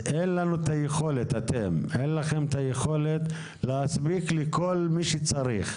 אין לכם את היכולת להספיק לכל מי שצריך,